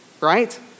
right